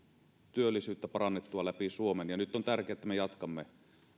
työllisyyttä parannettua läpi suomen nyt on tärkeää että me jatkamme